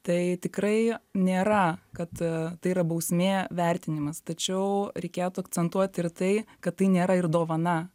tai tikrai nėra kad tai yra bausmė vertinimas tačiau reikėtų akcentuoti ir tai kad tai nėra ir dovana